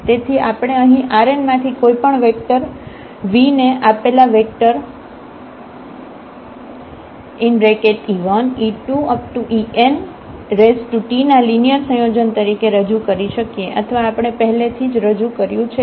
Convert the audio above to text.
તેથી આપણે અહીં Rn માંથી કોઈ પણ વેક્ટર v ને આપેલા વેક્ટર e1e2enT ના લિનિયર સંયોજન તરીકે રજુ કરી શકીએ અથવા આપણે પહેલેથીજ રજુ કર્યું છે